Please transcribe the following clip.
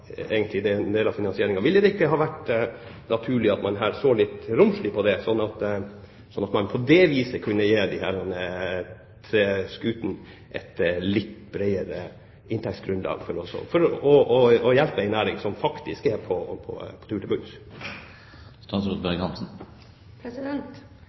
det er en del av finansieringen. Ville det ikke ha vært naturlig at man her så litt romslig på det, slik at man på det viset kunne gi disse tre skutene et litt bredere inntektsgrunnlag for å hjelpe en næring som faktisk er på tur til bunns? Da jeg ble klar over at det var lagt begrensninger knyttet til